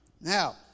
Now